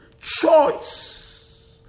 choice